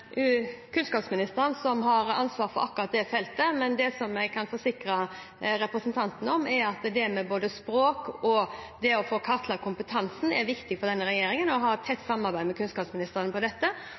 feltet, men jeg kan forsikre representanten om at når det gjelder både språk og det å få kartlagt kompetansen, så er det viktig for denne regjeringen, og jeg har et tett samarbeid med kunnskapsministeren om dette.